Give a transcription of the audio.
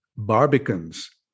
Barbicans